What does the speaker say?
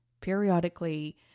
periodically